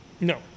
No